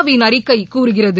win அறிக்கை றுகிறது